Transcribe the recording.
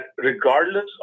regardless